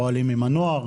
פועלים עם הנוער,